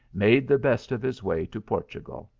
made the best of his way to portugal.